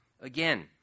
Again